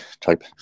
type